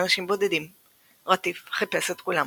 אנשים בודדים רטיף חיפש את כולם.